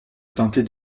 teintée